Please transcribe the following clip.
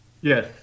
yes